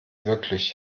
wirklich